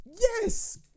Yes